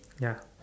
ya